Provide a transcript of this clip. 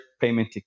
payment